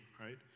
right